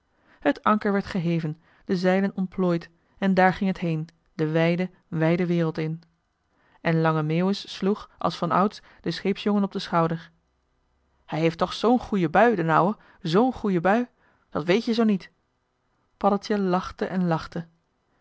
het anker werd geheven de zeilen ontplooid en daar ging het heen de wijde wijde wereld in en lange meeuwis sloeg als van ouds den scheepsjongen op den schouder hij heeft toch zoo'n goeie bui d'n ouwe zoo'n goeie bui dat weet-je zoo niet joh h